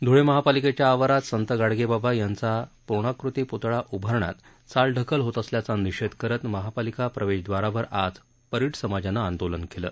ध्ळे महापालिकेच्या आवारात संत गाडगेबाबा यांचा प्र्णाकृती प्तळा उभारण्यात चालढकल होत असल्याचा निषेध करत महापालिका प्रवेशद्वारावर आज परिट समाजानं आंदोलन केलं